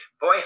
boy